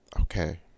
Okay